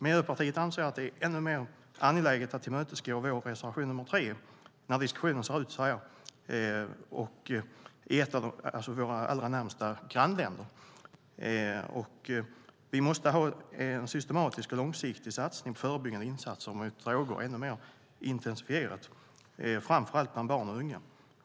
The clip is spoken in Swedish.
Miljöpartiet anser att det är ännu mer angeläget att tillmötesgå vår reservation nr 3 när diskussionen ser ut så här i ett av våra allra närmaste grannländer. Vi måste ha en systematisk, långsiktig och ännu mer intensifierad satsning på förebyggande insatser mot droger, framför allt bland barn och unga.